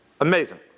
Amazing